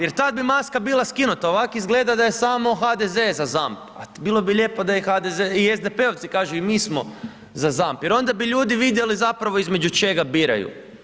Jer tad bi maska bila skinuta, ovak izgleda da je samo HDZ za ZAMP, a bilo bi lijepo da i HDZ i SDP-ovci kažu i mi smo za ZAMP, jer onda bi ljudi vidjeli zapravo između čega biraju.